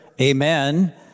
amen